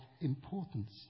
importance